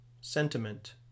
sentiment